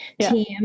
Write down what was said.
team